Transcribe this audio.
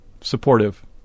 supportive